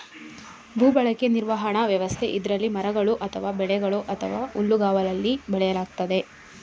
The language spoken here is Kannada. ಭೂಬಳಕೆ ನಿರ್ವಹಣಾ ವ್ಯವಸ್ಥೆ ಇದ್ರಲ್ಲಿ ಮರಗಳು ಅಥವಾ ಬೆಳೆಗಳು ಅಥವಾ ಹುಲ್ಲುಗಾವಲಲ್ಲಿ ಬೆಳೆಯಲಾಗ್ತದೆ